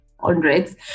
hundreds